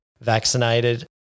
vaccinated